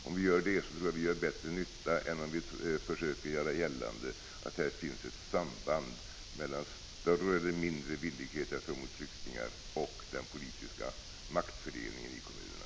Om vi gör det, tror jag att vi gör bättre nytta än om vi försöker göra gällande att det finns ett samband mellan större eller mindre villighet att ta emot flyktingar och den politiska maktfördelningen i kommunerna.